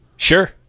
Sure